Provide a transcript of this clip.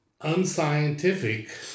unscientific